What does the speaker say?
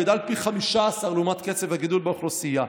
גדל פי 15 לעומת קצב הגידול באוכלוסייה.